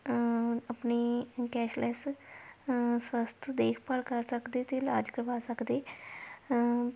ਆਪਣੀ cashless first ਦੇਖਭਾਲ ਕਰਾ ਸਕਦੇ ਅਤੇ ਇਲਾਜ ਕਰਵਾ ਸਕਦੇ